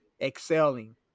excelling